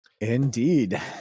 Indeed